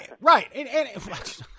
Right